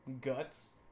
guts